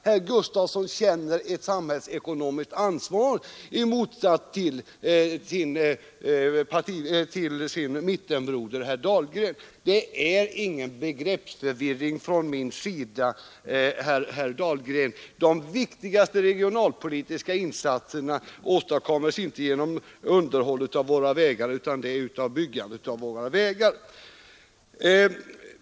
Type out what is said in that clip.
Herr Gustafson känner ett samhällsekonomiskt ansvar i motsats till sin mittenbroder, herr Dahlgren. Det är inte fråga om någon begreppsförvirring från min sida, herr Dahlgren. De viktigaste regionalpolitiska insatserna åstadkoms inte genom underhåll av våra vägar utan genom byggande av vägar.